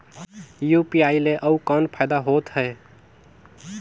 UPI ले अउ कौन फायदा होथ है?